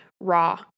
raw